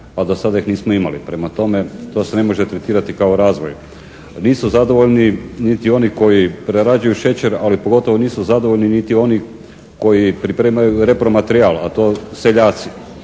a do sada ih nismo imali. Prema tome, to se ne može tretirati kao razvoj. Nisu zadovoljni niti oni koji prerađuju šećer ali pogotovo nisu zadovoljni niti oni koji pripremaju repro materijal a to seljaci.